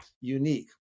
unique